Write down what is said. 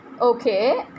Okay